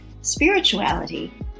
spirituality